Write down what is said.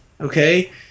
Okay